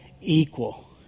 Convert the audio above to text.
equal